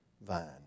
vine